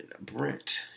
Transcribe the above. Brent